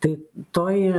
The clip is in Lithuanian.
tai toji